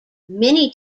mini